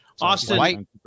Austin